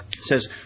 says